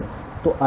તો આટલું જ છે